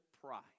pride